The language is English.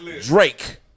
Drake